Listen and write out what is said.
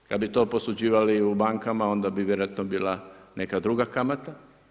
Kada bi to posuđivali u bankama onda bi vjerojatno bila neka druga kamata.